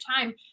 time